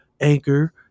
Anchor